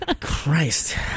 Christ